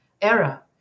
era